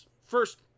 First